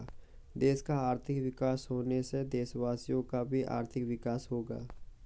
देश का आर्थिक विकास होने से देशवासियों का भी आर्थिक विकास होगा